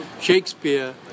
Shakespeare